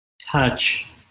touch